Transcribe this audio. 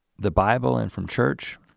the bible and from church.